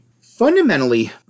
Fundamentally